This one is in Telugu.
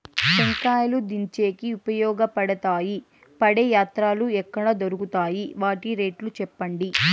టెంకాయలు దించేకి ఉపయోగపడతాయి పడే యంత్రాలు ఎక్కడ దొరుకుతాయి? వాటి రేట్లు చెప్పండి?